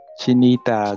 chinita